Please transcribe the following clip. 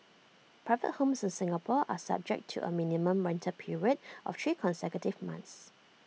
private homes in Singapore are subject to A minimum rental period of three consecutive months